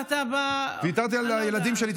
ויתרתי על הילדים שלי,